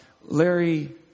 Larry